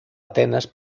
atenas